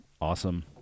Awesome